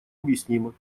объяснима